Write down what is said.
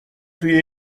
توی